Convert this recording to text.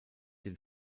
den